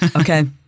Okay